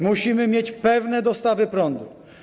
Musimy mieć pewne dostawy prądu.